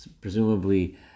presumably